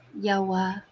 Yahweh